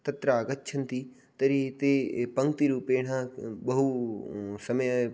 तत्र आगच्छन्ति तर्हि ते पङ्क्तिरूपेण बहु समय